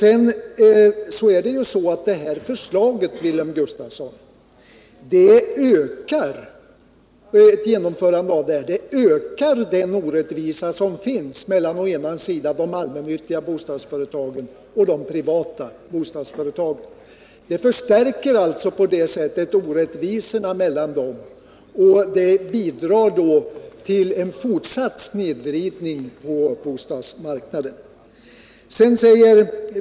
Ett genomförande av förslaget, Wilhelm Gustafsson, ökar den orättvisa som finns mellan de allmännyttiga och de privata bostadsföretagen, vilket bidrar till en fortsatt snedvridning på bostadsmarknaden.